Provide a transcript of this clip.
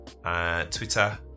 Twitter